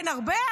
אין הרבה,